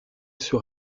sur